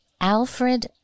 Alfred